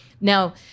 Now